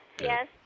yes